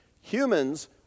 humans